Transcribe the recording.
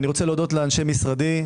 אני רוצה להודות לאנשי משרדי,